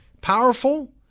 powerful